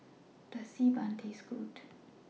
Does Xi Ban Taste Good